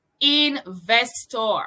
investor